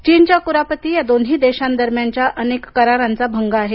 चीनच्या कुरापती या दोन्ही देशांदरम्यानच्या अनेक करारांचा भंग आहे